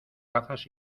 gafas